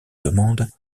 demande